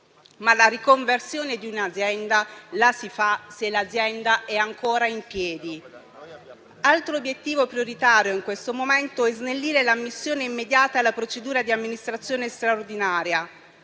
La riconversione di un'azienda, però, la si fa se l'azienda è ancora in piedi. Altro obiettivo prioritario in questo momento è snellire l'ammissione immediata alla procedura di amministrazione straordinaria,